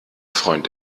freund